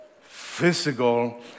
physical